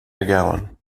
mcgowan